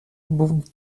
був